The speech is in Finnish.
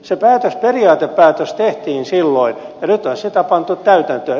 se periaatepäätös tehtiin silloin ja nyt on sitä pantu täytäntöön